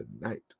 tonight